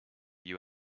you